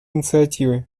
инициативы